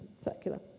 secular